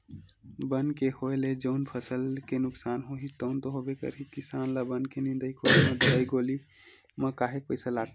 बन के होय ले जउन फसल के नुकसान होही तउन तो होबे करही किसान ल बन के निंदई कोड़ई म दवई गोली म काहेक पइसा लागथे